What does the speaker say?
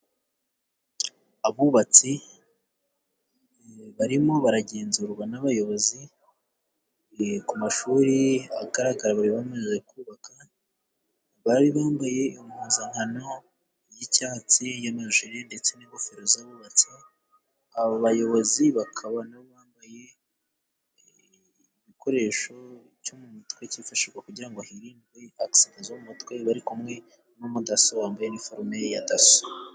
Abubatsi barimo baragenzurwa n'abayobozi ku mashuri agaragara bari bamaze kubaka, bari bambaye impuzankano y'icyatsi y'amajiri ndetse n'ingofero za bubatsi. Aba bayobozi bakaba banambaye igikoresho cyo mu mutwe cyifashwa kugira hirindwe agisida zo mu mutwe bari kumwe n'umudaso wambaye iniforume ye ya daso.